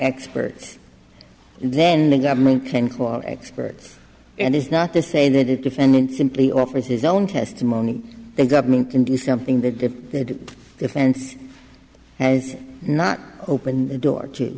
experts and then the government can claw experts and is not to say that it defendant simply offers his own testimony the government can do something that the defense has not opened the door to